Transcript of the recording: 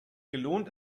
gelohnt